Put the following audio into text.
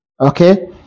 okay